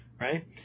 right